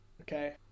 okay